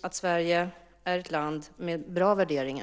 att Sverige är ett land med bra värderingar.